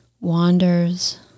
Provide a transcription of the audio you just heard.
wanders